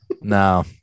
No